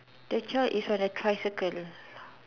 the child is on a tricycle